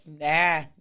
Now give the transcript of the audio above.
Nah